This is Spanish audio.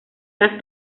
gas